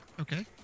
Okay